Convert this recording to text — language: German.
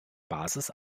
basis